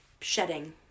shedding